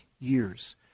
years